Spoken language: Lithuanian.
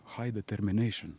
hai determineišin